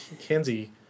Kenzie